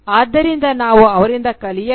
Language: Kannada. ಆದ್ದರಿಂದ ನಾವು ಅವರಿಂದ ಕಲಿಯಬೇಕು